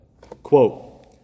Quote